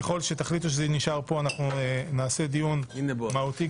ככל שתחליטו שזה נשאר כאן, נעשה דיון מהותי.